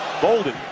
bolden